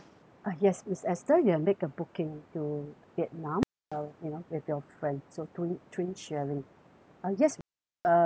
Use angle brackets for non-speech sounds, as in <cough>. uh yes miss esther you have make a booking to vietnam uh you know with your friend so twin twin sharing <breath> uh yes we had um